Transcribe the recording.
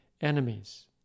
enemies